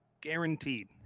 Guaranteed